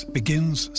begins